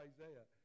Isaiah